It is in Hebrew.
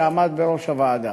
שעמד בראש הוועדה,